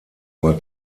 war